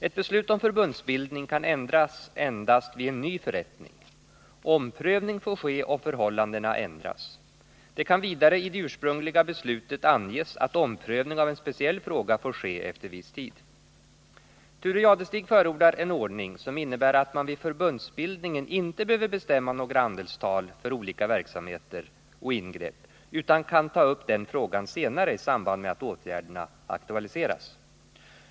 Ett beslut om förbundsbildning kan ändras endast vid en ny förrättning. Omprövning får ske om förhållandena ändras. Det kan vidare i det ursprungliga beslutet anges att omprövning av en speciell fråga får ske efter en viss tid. Thure Jadestig förordar en ordning som innebär att man vid förbundsbildningen inte behöver bestämma några andelstal för olika verksamheter och ingrepp utan kan ta upp den frågan senare i samband med att åtgärderna aktualiseras.